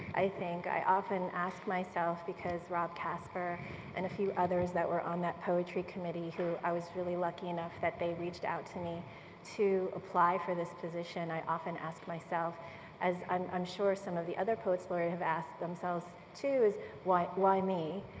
i think. i often ask myself, because rob casper and a few others that were on that poetry committee who i was really lucky enough that they reached out to me to apply for this position, i often ask myself as i'm sure some of the other poets laureate have asked themselves too, is why why me?